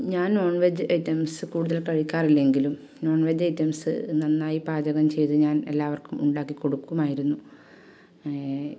ഞാൻ non veg items കൂടുതൽ കഴിക്കാറില്ലെങ്കിലും നോൺ വെജ് ഐറ്റംസ് നന്നായി പാചകം ചെയ്ത് ഞാൻ എല്ലാവർക്കും ഉണ്ടാക്കി കൊടുക്കുമായിരുന്നു